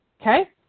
okay